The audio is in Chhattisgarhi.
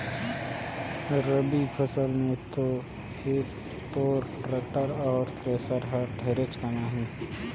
रवि फसल मे तो फिर तोर टेक्टर अउ थेरेसर हर ढेरेच कमाही